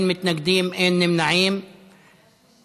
11) (הוראת שעה),